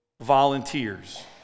volunteers